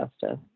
justice